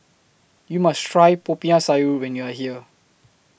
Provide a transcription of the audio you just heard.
YOU must Try Popiah Sayur when YOU Are here